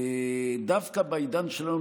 דווקא בעידן שלנו,